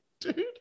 dude